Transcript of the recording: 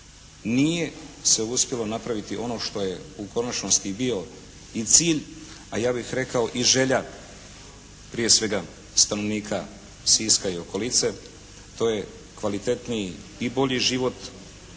nije se uspjelo napraviti ono što je u konačnosti i bio i cilj, a ja bih rekao i želja prije svega stanovnika Siska i okolice. To je kvalitetniji i bolji život, kvalitetnija